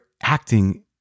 acting